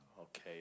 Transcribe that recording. Okay